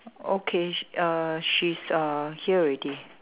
okay uh she's uh here already